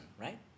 right